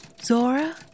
Zora